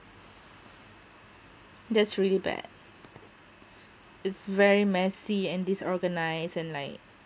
that's really bad it's very messy and disorganised and like